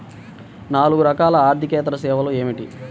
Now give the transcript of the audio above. నాలుగు రకాల ఆర్థికేతర సేవలు ఏమిటీ?